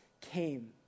came